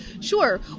Sure